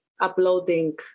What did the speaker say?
uploading